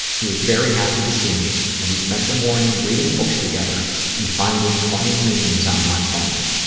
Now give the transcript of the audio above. he was very happy to see me, and we spent the morning reading books together and finding funny memes on my phone.